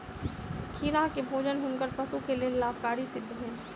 कीड़ा के भोजन हुनकर पशु के लेल लाभकारी सिद्ध भेल